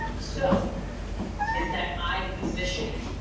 so it's that eye positioning.